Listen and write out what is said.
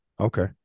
Okay